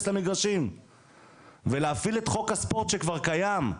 למגרשים ולהפעיל את חוק הספורט שכבר קיים,